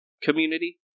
community